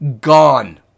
gone